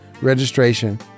registration